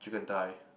chicken thigh